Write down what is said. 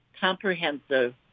comprehensive